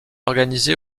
organisé